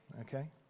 okay